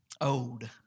old